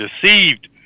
deceived